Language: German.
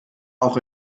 auch